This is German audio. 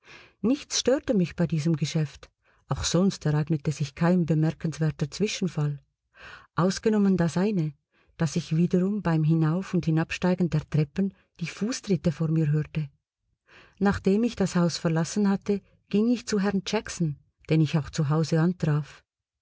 nichts störte mich bei diesem geschäft auch sonst ereignete sich kein bemerkenswerter zwischenfall ausgenommen das eine daß ich wiederum beim hinauf und hinabsteigen der treppen die fußtritte vor mir hörte nachdem ich das haus verlassen hatte ging ich zu herrn jackson den ich auch zu hause antraf